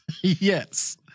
Yes